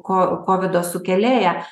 ko kovido sukėlėją